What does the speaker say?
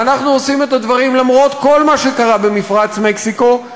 ואנחנו עושים את הדברים למרות כל מה שקרה במפרץ מקסיקו,